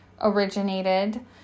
originated